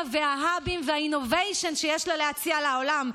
וההאבים וה-innovation שיש לה להציע לעולם.